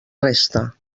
resta